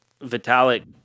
Vitalik